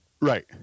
Right